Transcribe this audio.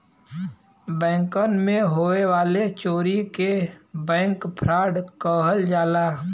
बैंकन मे होए वाले चोरी के बैंक फ्राड कहल जाला